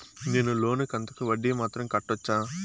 నేను లోను కంతుకు వడ్డీ మాత్రం కట్టొచ్చా?